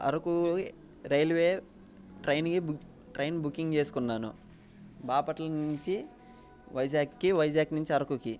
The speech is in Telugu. అరకు రైల్వే ట్రైన్కి బుక్ ట్రైన్ బుకింగ్ చేసుకున్నాను బాపట్ల నుంచి వైజాగ్కి వైజాగ్ నుంచి అరకుకి